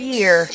Year